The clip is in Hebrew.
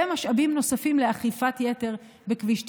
ומשאבים נוספים לאכיפת יתר בכביש 90,